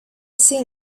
seen